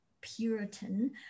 Puritan